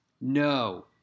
No